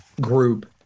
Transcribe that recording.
group